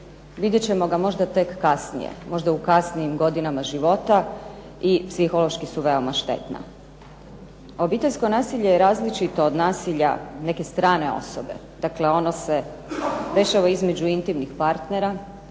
vidjet ćemo ga možda tek kasnije, možda u kasnijim godinama života i psihološki su veoma štetna. Obiteljsko nasilje je različito od nasilja neke strane osobe. Dakle, ono se dešava između intimnih partnera